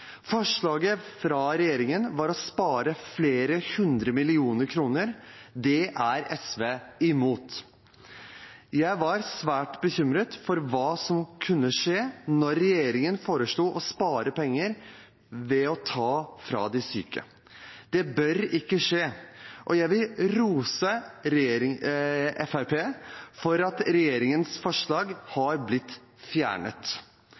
Forslaget fra regjeringen var å spare flere hundre millioner kroner. Det er SV imot. Jeg var svært bekymret for hva som kunne skje når regjeringen foreslo å spare penger ved å ta fra de syke. Det bør ikke skje, og jeg vil rose Fremskrittspartiet for at regjeringens forslag har blitt fjernet.